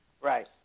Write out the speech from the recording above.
Right